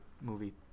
movie